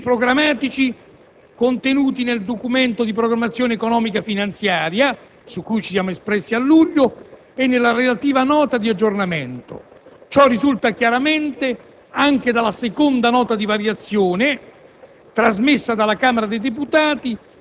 corrisponde pienamente agli obiettivi programmatici contenuti nel Documento di programmazione economico-finanziaria su cui ci siamo espressi a luglio e nella relativa nota di aggiornamento. Ciò risulta chiaramente anche dalla seconda nota di variazione